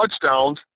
touchdowns